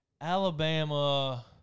Alabama